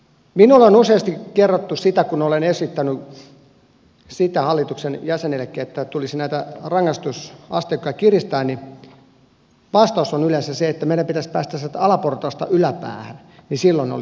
minulla on useasti kerrottu siitä kun olen esittänyt hallituksen jäsenillekin että tulisi näitä rangaistusasteikkoja kiristää niin vastaus on yleensä se että meidän pitäisi päästä sieltä alaportaasta yläpäähän niin silloin se olisi kohdallaan